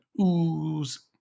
ooze